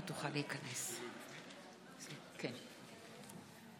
שלמה קרעי, מצביע מירי